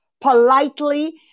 politely